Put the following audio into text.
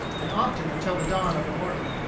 and often until the dawn of the morning.